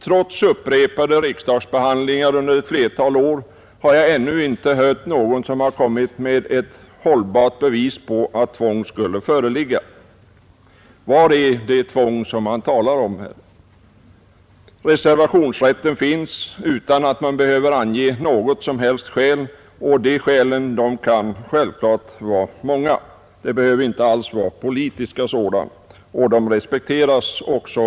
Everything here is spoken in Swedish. Trots att denna fråga behandlats i riksdagen ett flertal år har jag ännu inte hört någon som kommit med ett hållbart bevis för att tvång skulle föreligga. Var är det tvång man talar om? Reservationsrätt finns, och det behöver inte anges något som helst skäl. Skälen kan självfallet vara många — de behöver inte alls vara politiska. En reservation respekteras också.